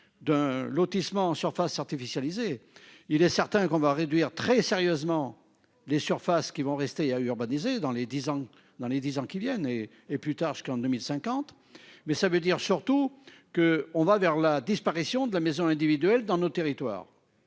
d'un lotissement surfaces artificialisées. Il est certain qu'on va réduire très sérieusement les surfaces qui vont rester à urbaniser dans les 10 ans dans les 10 ans qui viennent et et plus tard jusqu'en 2050. Mais ça veut dire surtout que on va vers la disparition de la maison individuelle dans nos territoires.